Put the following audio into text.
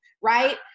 right